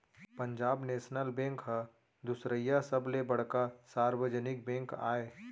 Punjab national bank ह दुसरइया सबले बड़का सार्वजनिक बेंक आय